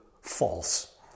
false